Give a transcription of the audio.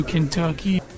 Kentucky